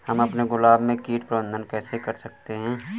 हम अपने गुलाब में कीट प्रबंधन कैसे कर सकते है?